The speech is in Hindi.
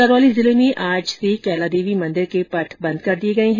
करौली जिले में आज से कैलादेवी मंदिर के पट बंद कर दिए गए हैं